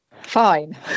Fine